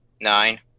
Nine